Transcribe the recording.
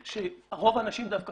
רוב האנשים דווקא